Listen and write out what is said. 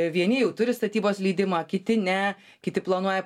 vieni jau turi statybos leidimą kiti ne kiti planuoja